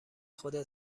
خودت